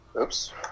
Oops